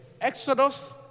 Exodus